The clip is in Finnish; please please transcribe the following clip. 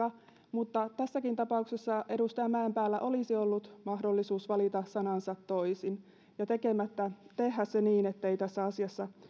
mutta tässäkin tapauksessa edustaja mäenpäällä olisi ollut mahdollisuus valita sanansa toisin ja tehdä se niin ettei tässä asiassa